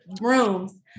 rooms